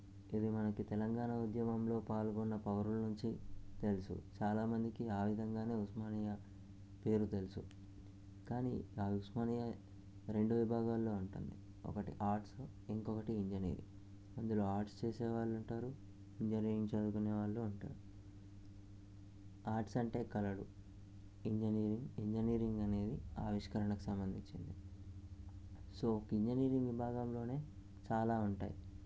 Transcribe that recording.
ఇది మన తెలంగాణ ఉద్యమంలో పాల్గొన్న పౌరుల నుంచి తెలుసు చాలామందికి ఆ విధంగానే ఉస్మానియా పేరు తెలుసు కానీ ఆ ఉస్మానియా రెండు విభాగాలలో ఉంటుంది ఒకటి ఆర్ట్స్ ఇంకొకటి ఇంజనీరింగ్ ఇందులో ఆర్ట్స్ చేసేవాళ్ళు ఉంటారు ఇంజనీరింగ్ చదువుకునే వాళ్ళు ఉంటారు ఆర్ట్స్ అంటే కళలు ఇంజనీరింగ్ ఇంజనీరింగ్ అనేది ఆవిష్కరణకు సంబంధించినది సో ఇంజనీరింగ్ విభాగంలో చాలా ఉంటాయి